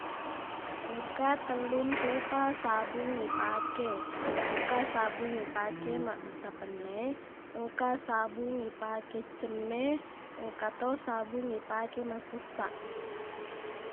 Engka tellunnrupa sabung ipake engka sabung ipake mabbissa penne engka sabung ipake cemme engkato sabung ipake massessaq